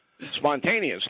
spontaneously